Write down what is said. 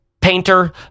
painter